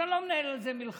אז אני לא מנהל על זה מלחמה.